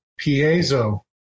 piezo